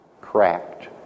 cracked